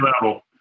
level